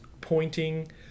pointing